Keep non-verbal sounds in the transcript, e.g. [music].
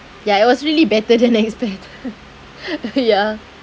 ya it was really better than expected [laughs] ya